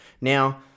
Now